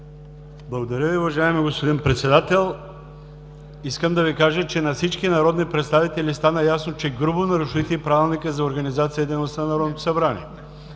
Благодаря Ви, уважаеми господин Председател. Искам да Ви кажа, че на всички народни представители стана ясно, че грубо нарушихте Правилника за